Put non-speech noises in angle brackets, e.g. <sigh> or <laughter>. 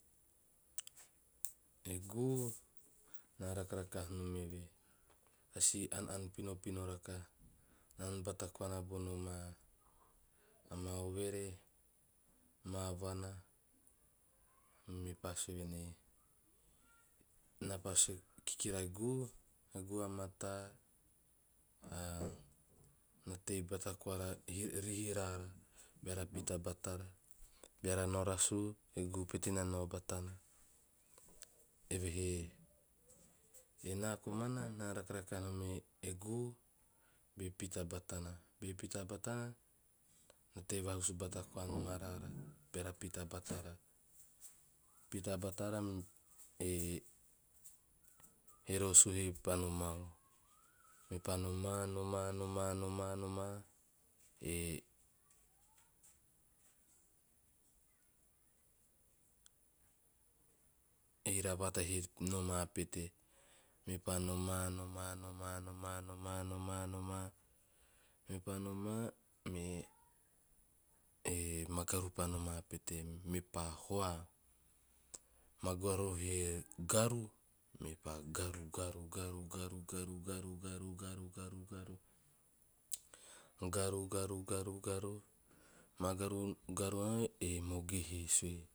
E guu, naa na rake rakaha nom eve, a si an'an pinopino rakaha. Ann bata koana bona maa overee, maa vana, mepa sue voen ei, naa pa sue, kikira e guu, e guu a mataa, a na tei bata koana rihi raara beara pita batara. Beara nao rasu, e guu pete na nao batana eve he, enaa komana, naa na rake rakaha nom e guu, be pita batana. Be pita batana na tei vahusu bata koa nom araara beara pita batara. Pita batara e rosu he pa nomau, mepa noma, noma- noma e <noise> e iravata he noma pete. Mepa noma- mepa noma me <hesitation> magaru pa noma pete, mepa hoa, magoru he garu, mepa garu- garu. Magaru garu nana e mage he sue